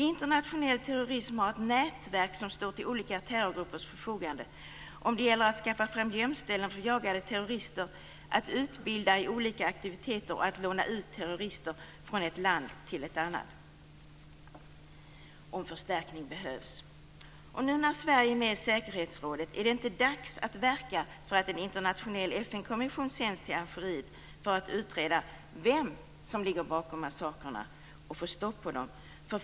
Internationell terrorism har ett nätverk som står till olika terrorgruppers förfogande när det gäller att skaffa fram gömställen för jagade terrorister, att utbilda i olika aktiviteter och att låna ut terrorister från ett land till ett annat om förstärkning behövs. Nu när Sverige är med i säkerhetsrådet, är det inte dags att verka för att en internationell FN-kommission sänds till Algeriet för att utreda vem som ligger bakom massakrerna och få stopp på dem?